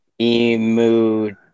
Emu